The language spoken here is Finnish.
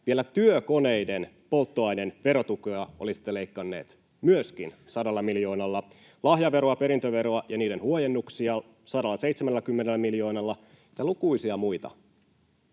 työkoneiden polttoaineiden verotukea olisitte leikanneet myöskin 100 miljoonalla; lahjaveroa, perintöveroa ja niiden huojennuksia 170 miljoonalla; ja lukuisia muita,